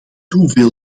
hoeveel